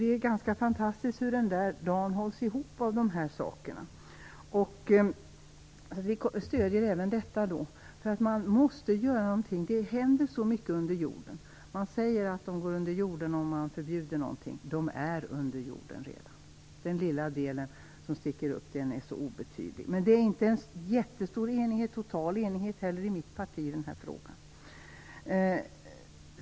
Det är ganska fantastiskt hur denna dag hålls ihop av dessa saker. Miljöpartiet stöder även detta. Någonting måste göras. Det händer nämligen så mycket under jorden. Man säger ju att någonting går under jorden när det förbjuds, men dessa organisationer är redan under jorden. Den lilla del som sticker upp är obetydlig. Men inte heller i mitt parti råder någon total enighet i denna fråga.